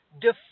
Define